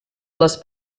les